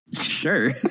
Sure